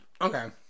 okay